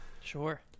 sure